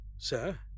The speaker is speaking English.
Sir